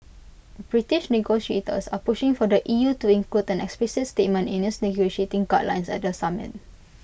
British negotiators are pushing for the E U to include an explicit statement in its negotiating guidelines at the summit